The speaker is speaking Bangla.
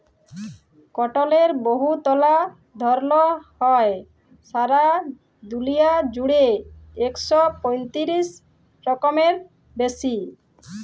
কটলের বহুতলা ধরল হ্যয়, ছারা দুলিয়া জুইড়ে ইক শ পঁয়তিরিশ রকমেরও বেশি